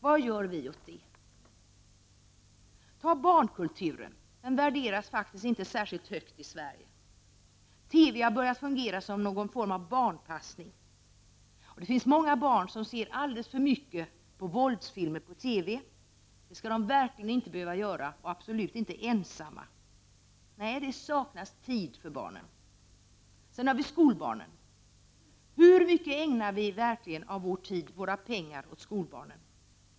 Vad gör vi åt det? Barnkulturen värderas inte särskilt högt i Sverige. TV har börjat fungera som någon form av barnpassning. Det finns många barn som ser alldeles för mycket på våldsfilmer på TV. Det skall de verkligen inte behöva göra och absolut inte ensamma. Nej, det saknas tid för barnen. Sedan har vi skolbarnen. Hur mycket av vår tid och våra pengar ägnar vi verkligen åt skolbarnen?